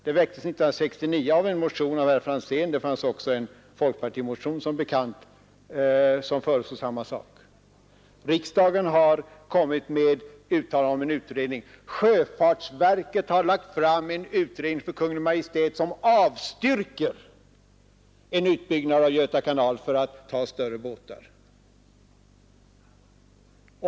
Den väcktes 1969 i en motion av herr Franzén — det fanns som bekant också en folkpartimotion som föreslog samma sak — och riksdagen har gjort ett uttalande om en utredning. Sjöfartsverket har också för Kungl. Maj:t lagt fram en utredning som avstyrker en utbyggnad av Göta kanal så att den kan ta emot större fartyg.